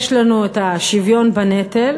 יש לנו את השוויון בנטל,